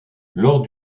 lors